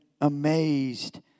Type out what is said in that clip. amazed